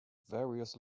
various